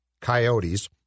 Coyotes